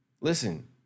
Listen